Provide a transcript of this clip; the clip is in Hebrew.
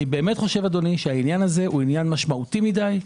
אני באמת חושב אדוני שהעניין הזה הוא עניין משמעותי מדי,